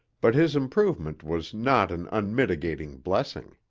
but his improvement was not an unmitigated blessing.